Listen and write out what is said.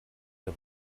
der